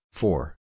Four